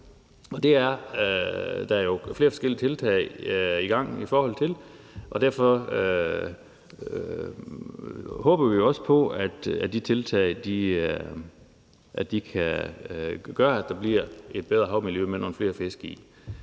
og det er der jo flere forskellige tiltag i gang i forhold til. Derfor håber vi også på, at de tiltag kan gøre, at der bliver et bedre havmiljø med nogle flere fisk i.